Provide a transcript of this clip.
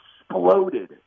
exploded